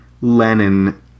Lenin